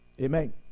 Amen